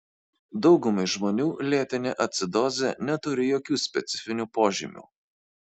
daugumai žmonių lėtinė acidozė neturi jokių specifinių požymių